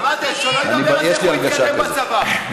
אמרתי, שלא נדבר על איך הוא התקדם בצבא.